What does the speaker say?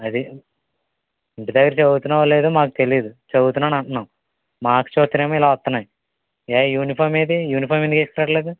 అది ఇంటిదగ్గర చదువుతున్నావో లేదో మాకు తెలీదు చదువుతున్నాను అంటున్నవు మార్క్స్ చూస్తేనేమో ఇలా వత్తునాయి ఏది యూనిఫార్మ్ ఏది యూనిఫార్మ్ ఎందుకు వేసుకురావట్లేదు